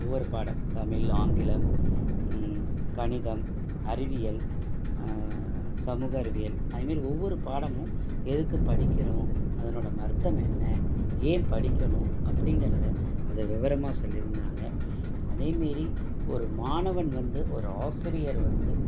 ஒவ்வொரு பாடம் தமிழ் ஆங்கிலம் கணிதம் அறிவியல் சமூக அறிவியல் அது மாரி ஒவ்வொரு பாடமும் எதுக்கு படிக்கிறோம் அதனோடய அர்த்தம் என்ன ஏன் படிக்கணும் அப்படிங்கிறத இதை விவரமாக சொல்லியிருந்தாங்க அதே மாரி ஒரு மாணவன் வந்து ஒரு ஆசிரியர் வந்து